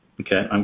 Okay